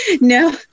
No